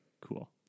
cool